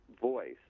voice